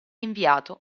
inviato